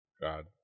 god